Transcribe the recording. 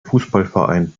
fußballverein